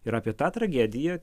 ir apie tą tragediją